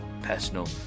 personal